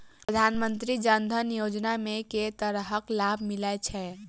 प्रधानमंत्री जनधन योजना मे केँ तरहक लाभ मिलय छै?